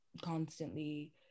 constantly